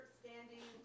standing